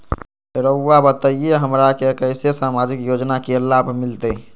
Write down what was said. रहुआ बताइए हमरा के कैसे सामाजिक योजना का लाभ मिलते?